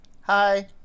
Hi